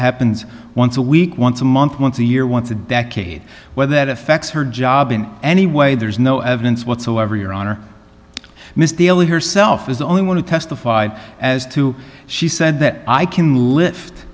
happens once a week once a month once a year once a decade whether that affects her job in any way there is no evidence whatsoever your honor mr daly herself is the only one who testified as to she said that i can lift